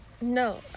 No